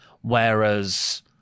whereas